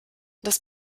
das